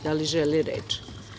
Da li želi reč?